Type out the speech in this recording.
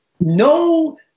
No